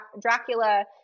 Dracula